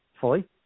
fully